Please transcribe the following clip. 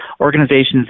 Organizations